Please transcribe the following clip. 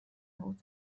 بود